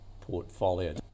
portfolio